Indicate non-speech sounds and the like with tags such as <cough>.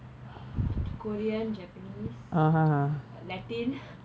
korean japanese latin <laughs>